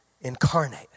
incarnate